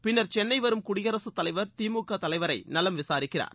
பின்னர் சென்னை வரும் குடியரசுத்தலைவர் திமுக தலைவரை நலம் விசாரிக்கிறார்